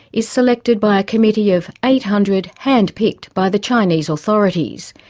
is selected by a committee of eight hundred hand-picked by the chinese authorities.